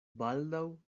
baldaŭ